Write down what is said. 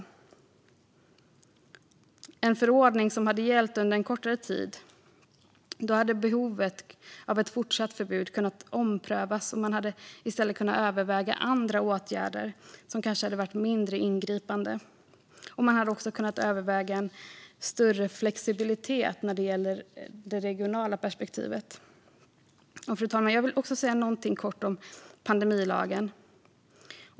Med en förordning som hade gällt under kortare tid hade behovet av ett fortsatt förbud kunnat omprövas, och man hade i stället kunnat överväga andra, kanske mindre ingripande åtgärder. Man hade också kunnat överväga större flexibilitet när det gäller det regionala perspektivet. Fru talman! Jag vill också säga något kort om pandemilagen.